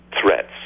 threats